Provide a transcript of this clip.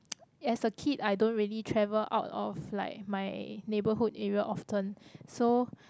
as a kid I don't really travel out of like my neighbourhood area often so